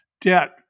debt